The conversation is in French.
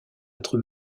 être